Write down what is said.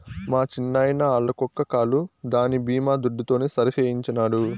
మా చిన్నాయిన ఆల్ల కుక్క కాలు దాని బీమా దుడ్డుతోనే సరిసేయించినాడు